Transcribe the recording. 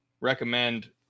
recommend